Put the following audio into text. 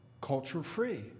culture-free